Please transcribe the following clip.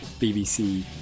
BBC